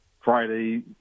Friday